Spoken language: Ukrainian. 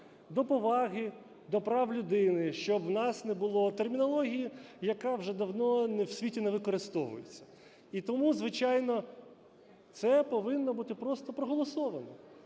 до поваги, до прав людини, щоб в нас не було термінології, яка вже давно в світі не використовується. І тому, звичайно, це повинно бути просто проголосовано.